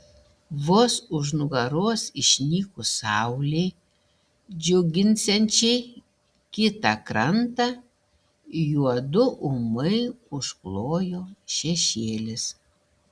vos už nugaros išnykus saulei džiuginsiančiai kitą krantą juodu ūmiai užklojo šešėlis